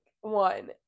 one